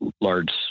large